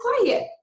quiet